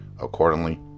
Accordingly